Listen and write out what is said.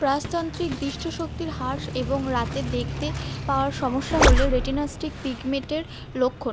প্রস্তান্ত্রিক দৃষ্টিশক্তির হ্রাস এবং রাতে দেখতে পাওয়ার সমস্যা হলো রেটিনাস্টিক পিগমেন্টের লক্ষণ